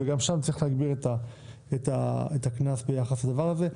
וצריך להגביר את הקנס ביחס לדבר הזה.